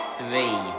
three